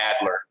Adler